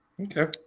Okay